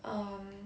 um